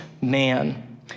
man